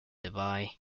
dubai